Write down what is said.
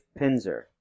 Pinzer